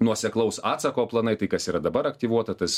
nuoseklaus atsako planai tai kas yra dabar aktyvuota tas